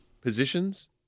positions